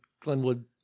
Glenwood